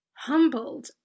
humbled